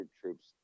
troops